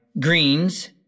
greens